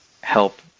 help